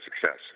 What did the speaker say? success